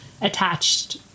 attached